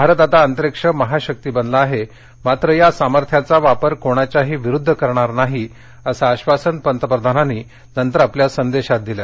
भारत आता अंतरिक्ष महाशक्ति बनला आहे मात्र या सामर्थ्याचा वापर कोणाच्याही विरुद्ध करणार नाही असं आश्वासन पंतप्रधानांनी नंतर आपल्या संदेशात दिलं